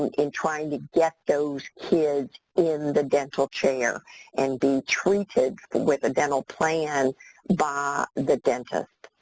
and in trying to get those kids in the dental chair and be treated with a dental plan by the dentist.